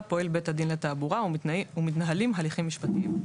פועל בית הדין לתעבורה ומתנהלים הליכים משפטיים.